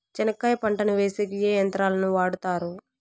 చెనక్కాయ పంటను వేసేకి ఏ యంత్రాలు ను వాడుతారు?